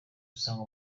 usanga